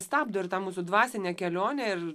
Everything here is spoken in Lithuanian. stabdo ir tą mūsų dvasinę kelionę ir